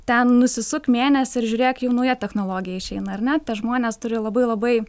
ten nusisuk mėnesį ir žiūrėk jau nauja technologija išeina ar ne tie žmonės turi labai labai